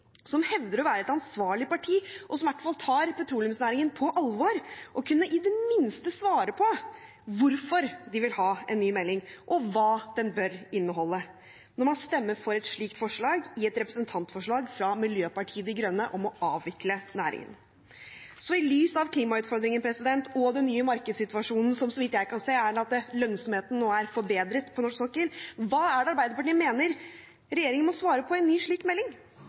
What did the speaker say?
som hevder å være et ansvarlig parti, og som i hvert fall tar petroleumsnæringen på alvor, at de i det minste kan svare på hvorfor de vil ha en ny melding og hva den bør inneholde, når man stemmer for et slikt forslag i en sak basert på et representantforslag fra Miljøpartiet De Grønne om å avvikle næringen. I lys av klimautfordringen og den nye markedssituasjonen, som så vidt jeg kan se er at lønnsomheten nå er forbedret på norsk sokkel – hva er det Arbeiderpartiet mener regjeringen må svare på i en slik ny melding?